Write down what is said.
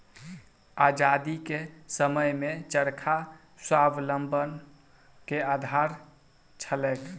आजादीक समयमे चरखा स्वावलंबनक आधार छलैक